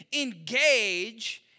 engage